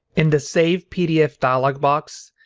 in the save pdf dialog box,